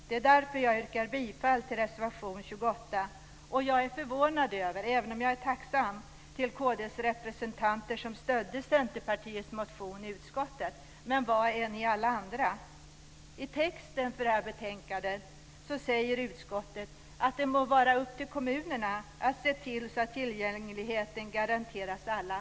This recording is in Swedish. Det är därför som jag yrkar bifall till reservation 28. Och jag är förvånad över, även om jag är tacksam, att Kristdemokraternas representanter stödde Centerpartiets motion i utskottet. Men var är alla andra? I betänkandet säger utskottet att det må vara upp till kommunerna att se till så att tillgängligheten garanteras alla.